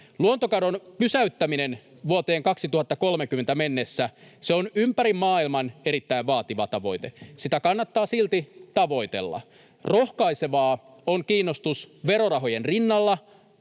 Luontokadon pysäyttäminen vuoteen 2030 mennessä, se on ympäri maailman erittäin vaativa tavoite. Sitä kannattaa silti tavoitella. Rohkaisevaa on kiinnostus verorahojen rinnalla